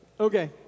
Okay